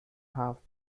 half